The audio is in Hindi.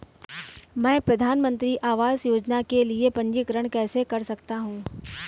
मैं प्रधानमंत्री आवास योजना के लिए पंजीकरण कैसे कर सकता हूं?